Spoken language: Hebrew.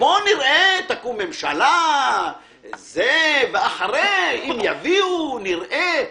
בוא נראה, תקום ממשלה ואחרי זה אם יביאו, נראה.